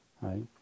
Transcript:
right